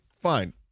Fine